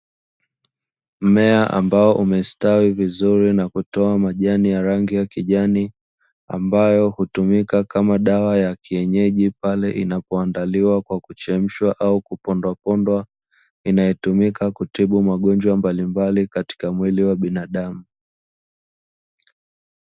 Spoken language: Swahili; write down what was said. Mmea ambao umestawi vizuri na kutoa majani ya rangi ya kijani, ambayo hutumika kama dawa ya kienyeji pale inapoandaliwa kwa kuchemshwa au kupondwapondwa, inayotumika kutibu magonjwa mbalimbali katika mwili wa binadamu.